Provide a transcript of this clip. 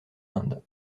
inde